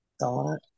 thought